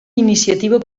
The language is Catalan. iniciativa